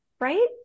right